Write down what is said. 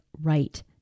right